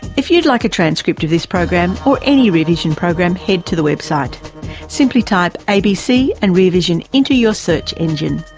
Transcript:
if you'd like a transcript of this program or any rear vision program head to the web site simply type abc and rear vision into your search engine.